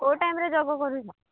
କୋଉ ଟାଇମରେ ଯୋଗ କରୁଛ